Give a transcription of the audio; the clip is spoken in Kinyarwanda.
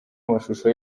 amashusho